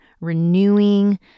renewing